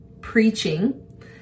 preaching